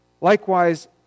Likewise